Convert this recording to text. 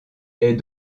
est